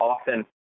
often